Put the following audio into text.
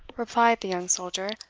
replied the young soldier,